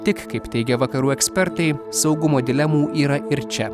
tik kaip teigia vakarų ekspertai saugumo dilemų yra ir čia